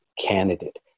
candidate